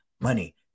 money